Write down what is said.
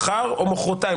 מחר או מחרתיים,